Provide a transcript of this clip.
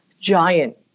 giant